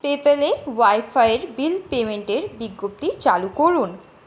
PayPal এ WiFi এর bill পেইমেন্টের বিজ্ঞপ্তি চালু করুন